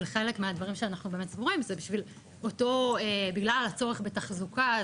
וחלק מהדברים שאנחנו באמת סגורים זה בגלל הצורך לתחזוקה,